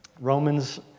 Romans